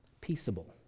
peaceable